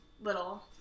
little